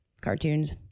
cartoons